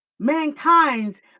Mankind's